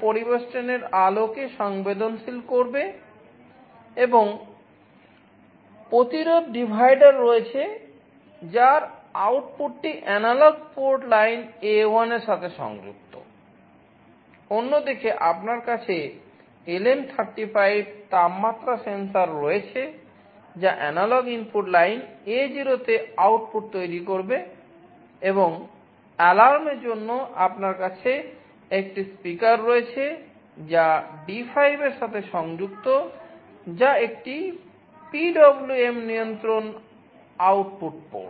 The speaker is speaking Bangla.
পোর্ট